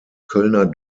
kölner